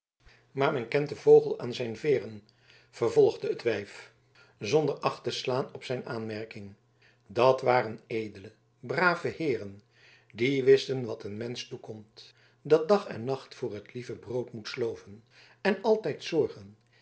maar men kent den vogel aan zijn veeren vervolgde het wijf zonder acht te slaan op zijn aanmerking dat waren edele brave heeren die wisten wat een mensch toekomt dat dag en nacht voor het lieve brood moet sloven en altijd zorgen